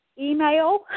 email